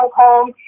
home